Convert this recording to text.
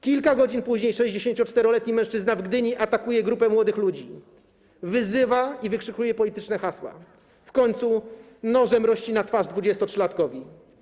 Kilka godzin później 64-letni mężczyzna w Gdyni atakuje grupę młodych ludzi, wyzywa i wykrzykuje polityczne hasła, w końcu nożem rozcina twarz 23-latkowi.